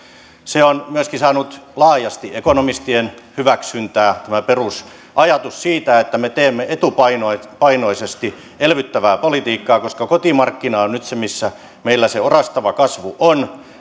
se on myöskin saanut laajasti ekonomistien hyväksyntää tämä perusajatus siitä että me teemme etupainoisesti etupainoisesti elvyttävää politiikkaa koska kotimarkkina on nyt se missä meillä se orastava kasvu on